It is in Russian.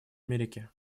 америки